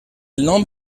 nom